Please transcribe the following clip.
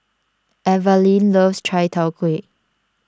Evalyn loves Chai Tow Kuay